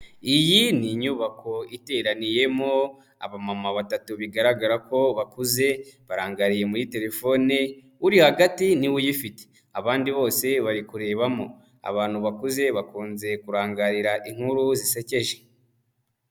Iyi ni inyubako iteraniyemo abamama batatu bigaragara ko bakuze barangariye muri telefone, uri hagati ni we uyifite. Abandi bose bari kurebamo. Abantu bakuze bakunze kurangarira inkuru zisekeje.